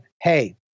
hey